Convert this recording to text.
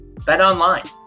BetOnline